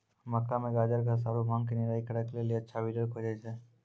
मक्का मे गाजरघास आरु भांग के निराई करे के लेली अच्छा वीडर खोजे छैय?